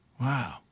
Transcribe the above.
Wow